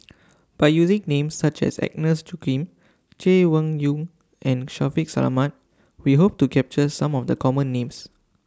By using Names such as Agnes Joaquim Chay Weng Yew and Shaffiq Selamat We Hope to capture Some of The Common Names